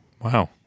Wow